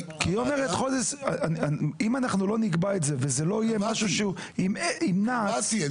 אם אנחנו לא נקבע את זה --- כבר קבעתי.